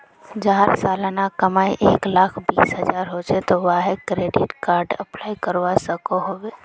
जहार सालाना कमाई एक लाख बीस हजार होचे ते वाहें क्रेडिट कार्डेर अप्लाई करवा सकोहो होबे?